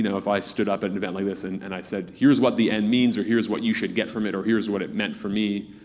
and if i stood up at an event like this and and i said, here's what the end means, or, here's what you should get from it, or, here's what it meant for me.